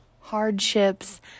hardships